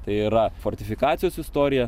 tai yra fortifikacijos istoriją